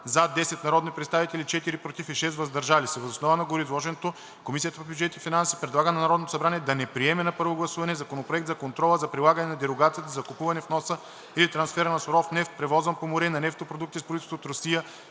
– 10 народни представители, 4 „против“ и 6 „въздържал се“. Въз основа на гореизложеното, Комисията по бюджет и финанси предлага на Народното събрание да не приеме на първо гласуване Законопроект за контрол за прилагане на дерогацията за закупуването, вноса или трансфера на суров нефт, превозван по море, и на нефтопродукти с произход от Русия